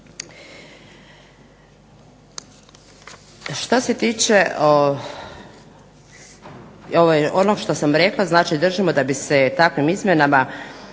Šta se tiče, ono što sam rekla, znači držimo da bi se takvim izmjenama